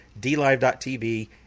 dlive.tv